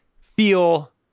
feel